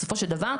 בסופו של דבר,